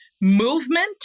movement